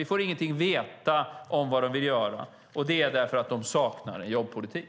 Vi får ingenting veta om vad de vill göra, för de saknar jobbpolitik.